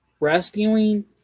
rescuing